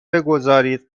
بگذارید